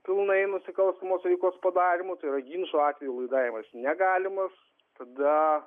pilnai nusikalstamos veikos padarymu tai yra ginčo atveju laidavimas negalimas tada